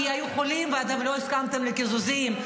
היו חולים ואתם לא הסכמתם לקיזוזים.